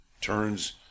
turns